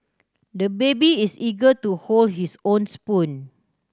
the baby is eager to hold his own spoon